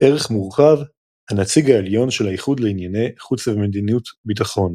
ערך מורחב – הנציג העליון של האיחוד לענייני חוץ ומדיניות ביטחון